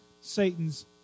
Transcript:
Satan's